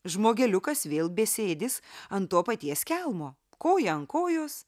žmogeliukas vėl besėdis ant to paties kelmo koją ant kojos